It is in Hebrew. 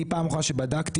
פעם אחרונה שבדקתי,